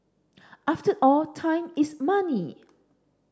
after all time is money